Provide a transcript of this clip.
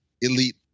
elite